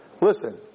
Listen